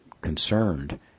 concerned